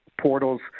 portals